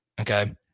okay